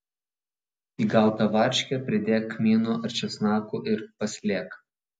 į gautą varškę pridėk kmynų ar česnakų ir paslėk